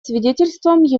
свидетельством